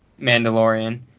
Mandalorian